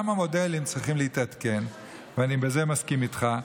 גם המודלים צריכים להתעדכן, ובזה אני מסכים איתך.